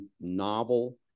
novel